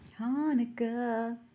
Hanukkah